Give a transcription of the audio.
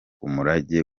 umurage